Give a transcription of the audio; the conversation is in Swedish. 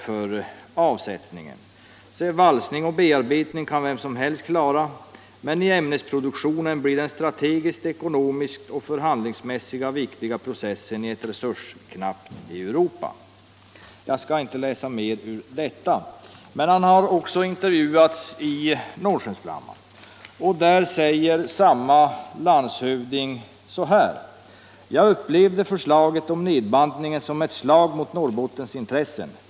Lassinantti fortsätter: ”Valsning och bearbetning kan vem som helst klara, men ämnesproduktionen blir den strategiskt, ekonomiskt och förhandlingsmässigt viktiga processen i ett resursknappt Europa.” Lassinantti har också intervjuats av Norrskensflamman. Där säger samma landshövding så här: ”Jag upplevde förslaget om nedbantningen som ett slag mot Norrbottens intressen.